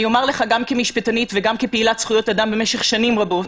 אני אומר לך גם כמשפטנית וגם כפעילת זכויות אדם במשך שנים רבות,